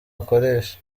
akoresha